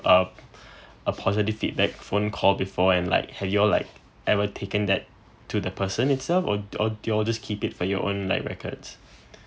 uh a positive feedback phone call before and like have y'all like ever taken that to the person itself or or do y'all just keep it for your own like records